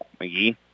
McGee